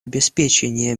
обеспечения